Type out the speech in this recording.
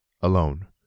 alone